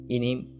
Inim